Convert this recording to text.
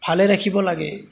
ভালে ৰাখিব লাগে